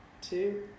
two